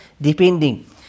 depending